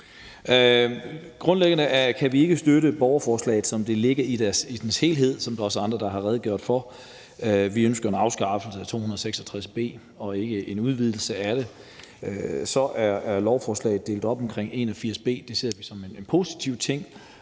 Grundlæggende kan vi ikke støtte borgerforslaget, som det ligger, altså i dets helhed, sådan som andre også har redegjort for. Vi ønsker en afskaffelse af § 266 b og ikke en udvidelse af den. Så er forslaget delt op med hensyn til § 81, nr. 6, og det ser vi som en positiv ting